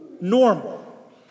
normal